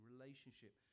relationship